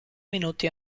minuti